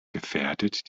gefährdet